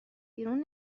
بیرون